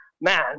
man